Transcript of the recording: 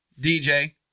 DJ